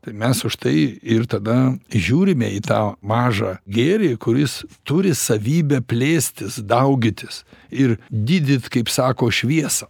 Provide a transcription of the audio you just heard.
tai mes už tai ir tada žiūrime į tą mažą gėrį kuris turi savybę plėstis daugytis ir didyt kaip sako šviesą